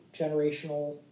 generational